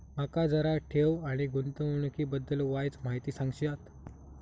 माका जरा ठेव आणि गुंतवणूकी बद्दल वायचं माहिती सांगशात?